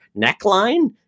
neckline